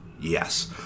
Yes